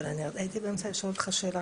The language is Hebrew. אבל אני הייתי באמצע לשאול אותך שאלה,